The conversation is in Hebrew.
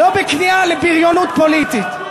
לא בכניעה לבריונות פוליטית.